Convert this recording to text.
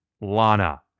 Lana